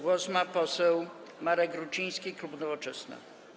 Głos ma poseł Marek Ruciński, klub Nowoczesna.